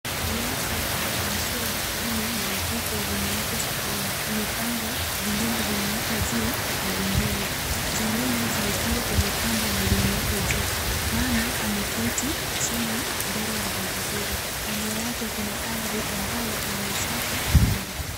Viatu vya jinsia ya kiume na ya kike vimewekwa sokoni. Zimepangwa, vingine vimewekwa juu ya vingine. Zingine zimefungwa kwenye kamba na zimewekwa juu. Mama ameketi chini mbele ya viatu hivo. Kando yake kuna ardhi ambayo ina uchafu mwingi.